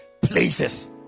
places